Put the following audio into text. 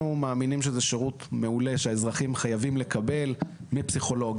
אנחנו מאמינים שזה שירות מעולה שהאזרחים חייבים לקבל מפסיכולוגים,